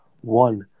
One